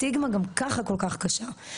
הסטיגמה גם ככה כל כך קשה.